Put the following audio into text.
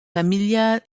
familiale